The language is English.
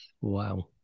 Wow